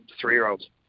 three-year-olds